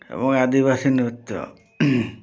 ଏବଂ ଆଦିବାସୀ ନୃତ୍ୟ